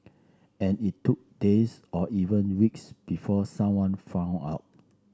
and it took days or even weeks before someone found out